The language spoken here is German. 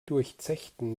durchzechten